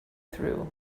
through